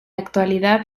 actualidad